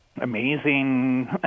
amazing